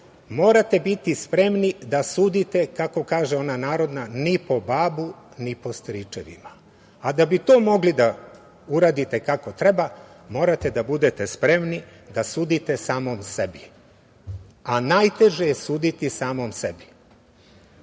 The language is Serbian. morate biti spremni da sudite, kako kaže ona narodna – ni po babu, ni po stričevima. Da bi to mogli da uradite kako treba morate da budete spremni da sudite samom sebi, a najteže je suditi samom sebi.